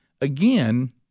again